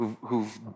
Who've